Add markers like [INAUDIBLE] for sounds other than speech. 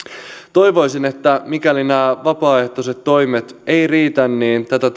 toivoisin että mikäli nämä vapaaehtoiset toimet eivät riitä tätä [UNINTELLIGIBLE]